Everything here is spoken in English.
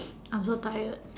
I'm so tired